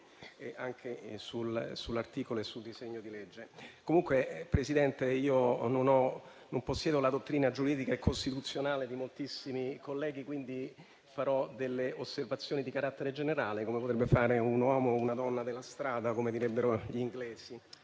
sull'articolo e sul disegno di legge. Comunque, signor Presidente, io non possiedo la dottrina giuridica e costituzionale di moltissimi colleghi, per cui farò delle osservazioni di carattere generale, come potrebbe fare un uomo o una donna della strada, come direbbero gli inglesi.